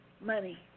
money